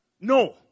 No